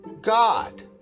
God